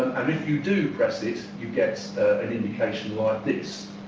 and if you do press it you get an indication like this.